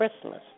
Christmas